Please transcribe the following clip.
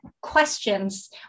questions